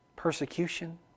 Persecution